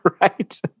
Right